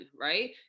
right